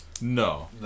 No